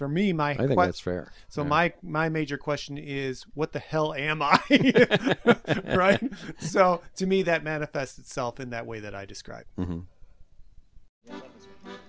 for me my i think it's fair so my my major question is what the hell am i right so to me that manifests itself in that way that i described